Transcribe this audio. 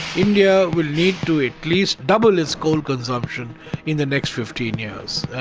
india will need to at least double its coal consumption in the next fifteen years.